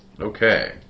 Okay